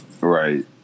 Right